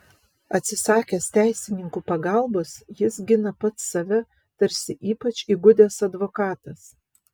atsisakęs teisininkų pagalbos jis gina pats save tarsi ypač įgudęs advokatas